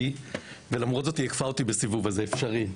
רביעי ולמרות זאת היא עקפה אותי בסיבוב אז זה אפשרי,